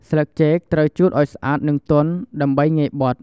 ស្លឹកចេកត្រូវជូតឲ្យស្អាតនិងទន់ ដើម្បីងាយបត់។